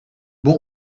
bon